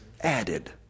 added